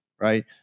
right